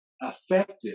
effective